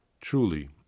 Truly